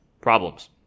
problems